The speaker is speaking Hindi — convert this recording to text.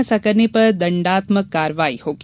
ऐसा करने पर दंडात्मक कार्यवाही होगी